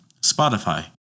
Spotify